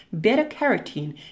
beta-carotene